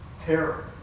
Terror